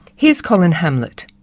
here's colin hamlett.